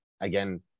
again